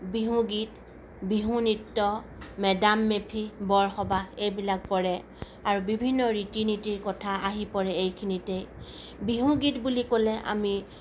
বিহু গীত বিহু নৃত্য মে ডাম মে ফি বৰসবাহ এইবিলাক পৰে আৰু বিভিন্ন ৰীতি নীতিৰ কথা আহি পৰে এইখিনিতে বিহু গীত বুলি ক'লে আমি